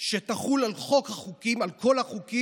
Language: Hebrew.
שתחול על כל החוקים